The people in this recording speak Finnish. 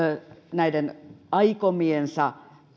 näiden aikomiensa